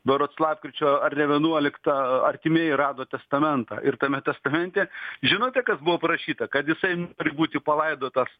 berods lapkričio ar ne vienuoliktą artimieji rado testamentą ir tame testamente žinote kas buvo prašyta kad jisai būti palaidotas